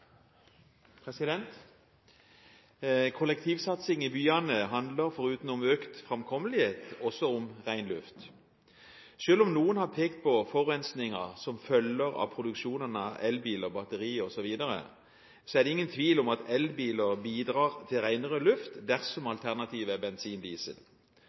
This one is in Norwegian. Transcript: om økt framkommelighet, også om ren luft. Selv om noen har pekt på forurensingen som følger av produksjonen av elbiler, batterier osv., er det ingen tvil om at elbiler bidrar til renere luft, dersom alternativet er bensin eller diesel.